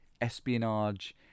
Espionage